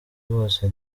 bose